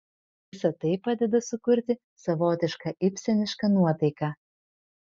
visa tai padeda sukurti savotišką ibsenišką nuotaiką